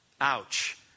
Ouch